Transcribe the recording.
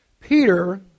Peter